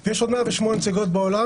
יש 52 לשכות שעובדות מ-8:00 עד 5:00 בערב.